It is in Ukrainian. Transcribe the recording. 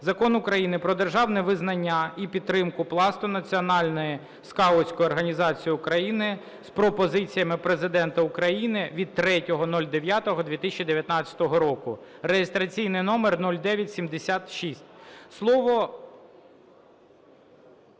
Закон України "Про державне визнання і підтримку Пласту – Національної скаутської організації України" з пропозиціями Президента України від 03.09.2019 року (реєстраційний номер 0976) Слово…